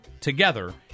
together